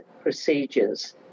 procedures